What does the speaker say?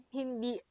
hindi